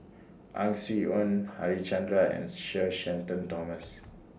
Ang Swee Aun Harichandra and Sir Shenton Thomas